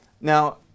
Now